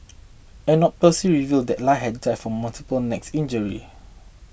an autopsy revealed that Lie had died from multiple neck injuries